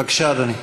בבקשה, אדוני.